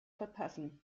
verpassen